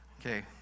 Okay